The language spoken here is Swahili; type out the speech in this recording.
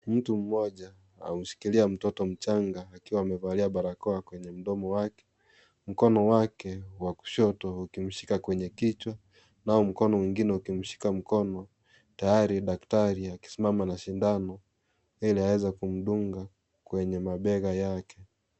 Mtu mmoja ameshikilia mtoto mchanga, akiwa amevalia barakoa kwenye mdomo wake. Mkono wake wa kushoto ukimshika kwenye kichwa nao mkono mwingine ukimshika mkono; tayari daktari akisimama na shindano ili aweze kumdunga kwenye mabega yake.